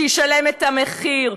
שישלם את המחיר.